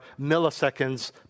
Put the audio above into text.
milliseconds